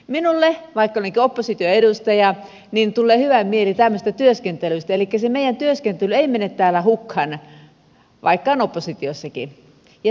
minulle vaikka olenkin opposition edustaja tulee hyvä mieli tämmöisestä työskentelystä elikkä se meidän työskentely ei mene täällä hukkaan vaikka on oppositiossakin